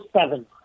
seven